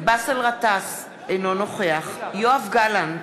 באסל גטאס, אינו נוכח יואב גלנט,